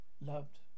Loved